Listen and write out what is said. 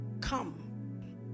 come